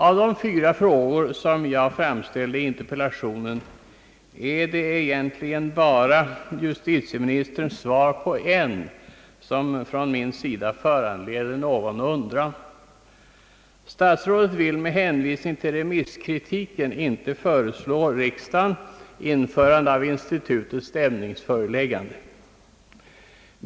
Av de fyra frågor, som jag framställt i interpellationen, är det egentligen bara justitieministerns svar på en, som från min sida föranleder någon undran. Statsrådet vill med hänvisning till remisskritiken inte för riksdagen föreslå införande av institutet stämningsföreläggande.